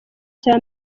cya